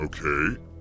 Okay